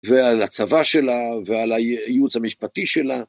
ועל הצבא שלה ועל הייעוץ המשפטי שלה.